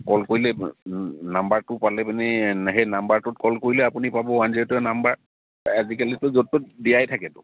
কল কৰিলেই নাম্বাৰটো পালেই মানে সেই নাম্বাৰটোত কল কৰিলে আপুনি পাব ৱান জিৰ' এইট ৰ নাম্বাৰ আজিকালিতো য'ত ত'ত দিয়াই থাকেতো